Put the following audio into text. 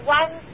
one